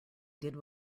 did